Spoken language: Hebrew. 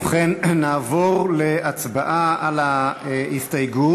ובכן, נעבור להצבעה על ההסתייגות.